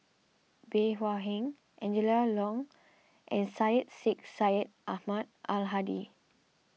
Bey Hua Heng Angela Liong and Syed Sheikh Syed Ahmad Al Hadi